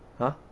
!huh!